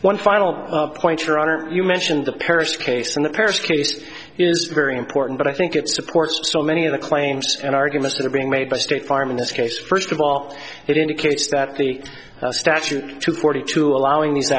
one final point your honor you mentioned the paris case and the paris case is very important but i think it supports so many of the claims and arguments that are being made by state farm in this case first of all it indicates that the statute two forty two allowing the